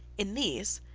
in these,